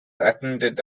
attended